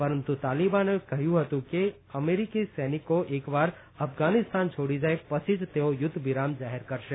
પરંતુ તાલીબાનોએ કહ્યું હતું કે અમેરીકી સૈનિકો એક વાર અફઘાનિસ્તાન છોડી જાય પછી જ તેઓ યુધ્ધ વિરામ જાહેર કરશે